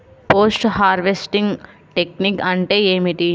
Post harvesting technique అంటే ఏమిటీ?